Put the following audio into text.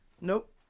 Nope